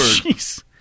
Jeez